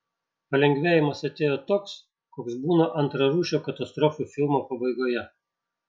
palengvėjimas atėjo toks koks būna antrarūšio katastrofų filmo pabaigoje